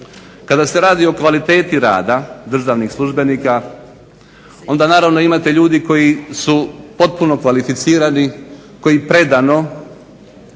Kada se radi o kvaliteti rada državnih službenika onda naravno imate ljude koji su potpuno kvalificirani, koji predano